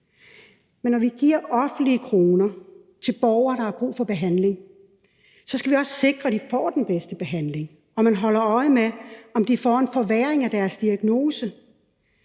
Men når vi giver offentlige kroner til borgere, der har brug for behandling, så skal vi også sikre, at de får den bedste behandling, og at man holder øje med, om de får en forværring af deres diagnose,